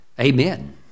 amen